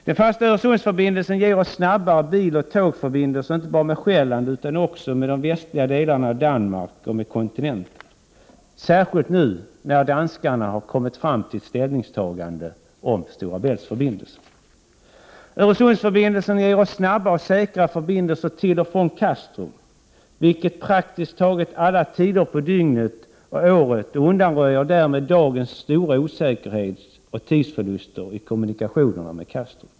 Den fasta Öresundsförbindelsen ger oss snabbare biloch tågförbindelser inte bara med Sjelland utan också med de västliga delarna av Danmark samt med kontinenten. Det gäller särskilt nu när danskarna har kommit till ett ställningstagande om Stora Bältsförbindelsen. Öresundsförbindelsen ger oss snabbare och säkrare förbindelser med Kastrup. På praktiskt taget alla tider på dygnet och året undanröjer det dagens stora osäkerhet och tidsförluster i kommunikationerna med Kastrup.